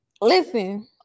listen